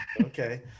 Okay